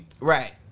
Right